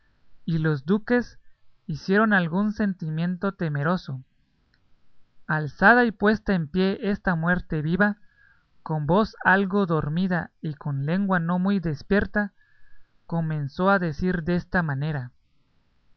y los duques hicieron algún sentimiento temeroso alzada y puesta en pie esta muerte viva con voz algo dormida y con lengua no muy despierta comenzó a decir desta manera